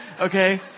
Okay